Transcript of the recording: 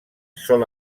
sol